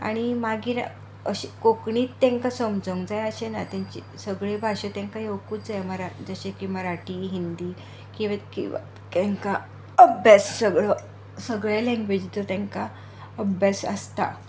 आनी मागीर अशी कोंकणीच तेंका समजोंक जाय अशें ना सगळ्यो भासो तांकां येवुंकूच जाय जशें की मराठी हिंदी किंवा तेंका अभ्यास सगळो सगळ्या लेंग्वेजींचो तेंकां अभ्यास आसता